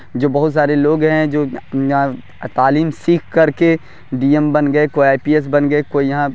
جو بہت سارے لوگ ہیں جو تعلیم سیکھ کر کے ڈی ایم بن گئے کوئی آئی پی ایس بن گئے کوئی یہاں